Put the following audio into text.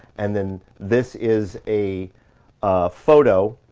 and then this is a ah photo